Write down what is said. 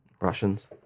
Russians